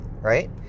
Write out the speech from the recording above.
right